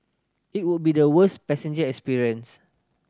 it would be the worst passenger experience